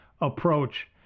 approach